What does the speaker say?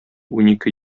унике